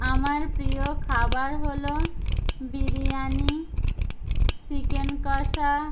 আমার প্রিয় খাবার হলো বিরিয়ানি চিকেন কষা